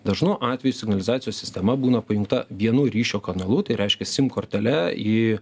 dažnu atveju signalizacijos sistema būna pajungta vienu ryšio kanalu tai reiškia sim kortele į